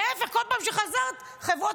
להפך, כל פעם שחזרת, חברות